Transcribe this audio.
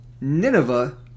Nineveh